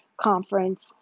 Conference